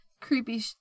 creepy